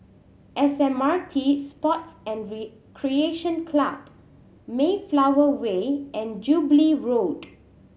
S M R T Sports and Recreation Club Mayflower Way and Jubilee Road